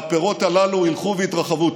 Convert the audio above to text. והפירות הללו ילכו ויתרחבו.